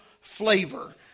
flavor